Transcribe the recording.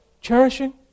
Cherishing